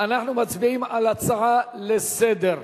אנחנו מצביעים על הצעה לסדר.